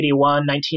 1981